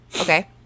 Okay